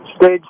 Stage